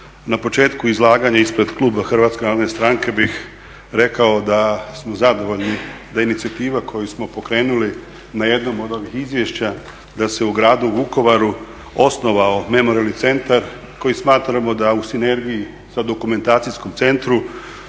Na početku izlaganja ispred kluba Hrvatske narodne stranke bih rekao da smo zadovoljni da inicijativa koju smo pokrenuli na jednom od ovih izvješća da se u gradu Vukovaru osnovao memorijalni centar koji smatramo da u sinergiji sa dokumentacijskim centrom